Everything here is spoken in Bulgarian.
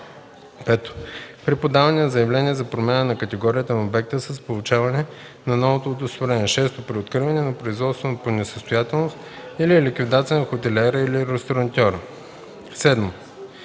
5. при подаване на заявление за промяна на категорията на обекта – с получаване на новото удостоверение; 6. при откриване на производство по несъстоятелност или ликвидация на хотелиера или ресторантьора; 7.